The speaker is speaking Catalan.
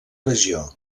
regió